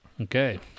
Okay